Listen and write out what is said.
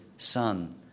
son